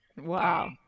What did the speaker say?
Wow